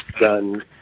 done